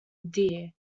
deer